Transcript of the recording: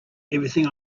everything